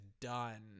done